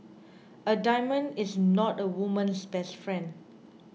a diamond is not a woman's best friend